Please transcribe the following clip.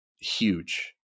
huge